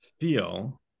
feel